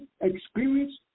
experience